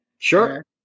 Sure